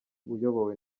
uyobowe